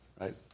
right